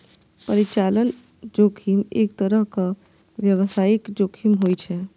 परिचालन जोखिम एक तरहक व्यावसायिक जोखिम होइ छै